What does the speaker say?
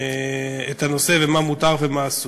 את הנושא ומה מותר ומה אסור,